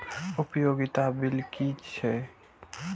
उपयोगिता बिल कि छै?